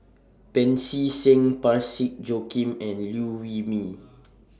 Pancy Seng Parsick Joaquim and Liew Wee Mee